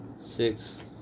six